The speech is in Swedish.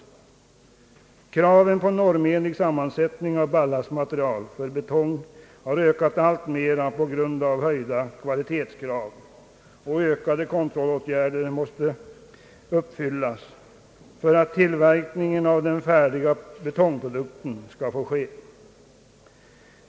Kraven på normenlig sammansättning av ballastmaterial för betong har ökat alltmer på grund av höjda kvalitetskrav och finare kontrollåtgärder. Dessa kvalitetskrav måste uppfyllas för att tillverkning av den färdiga betongprodukten skall få ske.